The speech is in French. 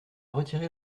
retirer